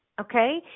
Okay